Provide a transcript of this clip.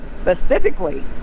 specifically